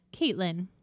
Caitlin